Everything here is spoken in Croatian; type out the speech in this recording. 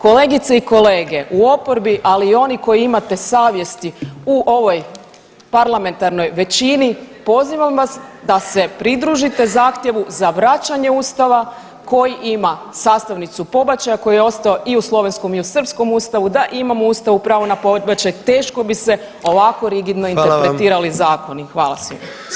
Kolegice i kolege u oporbi, ali i oni koji imate savjesti u ovoj parlamentarnoj većini pozivam vas da se pridružite zahtjevu za vraćanje Ustava koji ima sastavnicu pobačaja koji je ostao i u slovenskom i u srpskom Ustavu da imamo u Ustavu pravo na pobačaj teško bi se ovako rigidno interpretirali zakoni.